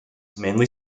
mainly